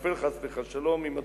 נופל חס ושלום ממדרגתו,